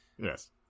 yes